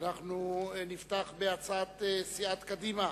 ונפתח בהצעות סיעות קדימה